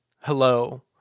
hello